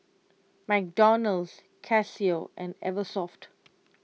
McDonald's Casio and Eversoft